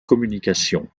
communication